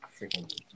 Freaking